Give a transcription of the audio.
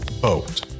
boat